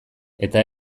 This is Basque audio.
eta